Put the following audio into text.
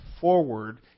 forward